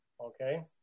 okay